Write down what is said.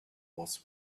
was